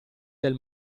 del